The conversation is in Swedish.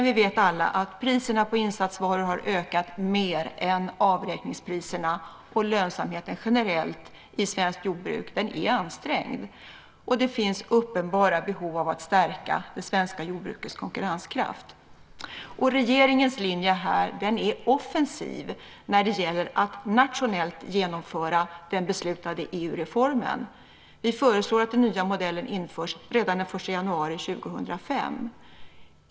Vi vet alla att priserna på insatsvaror har ökat mer än avräkningspriserna, och generellt är lönsamheten i svenskt jordbruk ansträngd. Det finns uppenbara behov av att stärka det svenska jordbrukets konkurrenskraft. Regeringens linje är offensiv när det gäller att nationellt genomföra den beslutade EU-reformen. Vi föreslår att den nya modellen införs redan den 1 januari 2005.